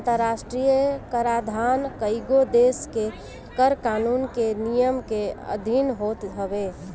अंतरराष्ट्रीय कराधान कईगो देस के कर कानून के नियम के अधिन होत हवे